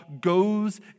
goes